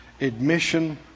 Admission